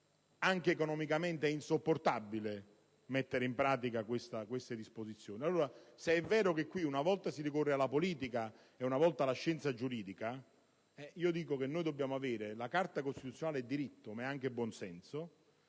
anche economicamente è insopportabile mettere in pratica queste disposizioni. Allora, se è vero che una volta si ricorre alla politica e una volta alla scienza giuridica, dico che la Carta costituzionale è diritto ma è anche buon senso,